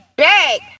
Back